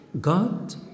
God